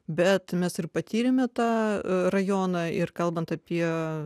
bet mes ir patyrėme tą rajoną ir kalbant apie